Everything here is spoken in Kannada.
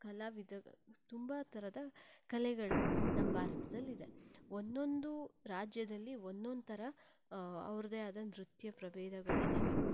ಕಲಾವಿದ ತುಂಬ ಥರದ ಕಲೆಗಳು ನಮ್ಮ ಭಾರತದಲ್ಲಿ ಇದೆ ಒಂದೊಂದು ರಾಜ್ಯದಲ್ಲಿ ಒಂದೊಂದು ಥರ ಅವರದ್ದೇ ಆದ ನೃತ್ಯ ಪ್ರಭೇದಗಳಿದ್ದಾವೆ